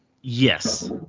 Yes